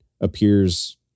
appears